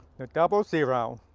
the double zero,